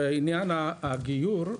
בעניין הגיור,